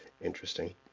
interesting